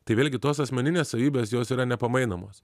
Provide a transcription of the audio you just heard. tai vėlgi tos asmeninės savybės jos yra nepamainomos